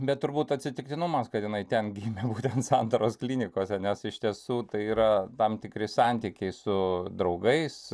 bet turbūt atsitiktinumas kad jinai ten gimė būtent santaros klinikose nes iš tiesų tai yra tam tikri santykiai su draugais